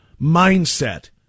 mindset